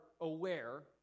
aware